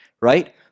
right